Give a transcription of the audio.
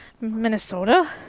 Minnesota